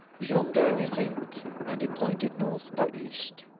yonder, i think and he pointed north by east.